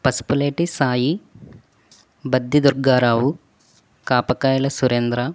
Pasupuleti Sai Baddi Durgarao Kapakayala Surendra